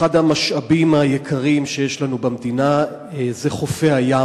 אחד המשאבים היקרים שיש לנו במדינה זה חופי הים.